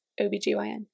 OBGYN